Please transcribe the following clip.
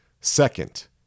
Second